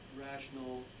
rational